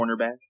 cornerback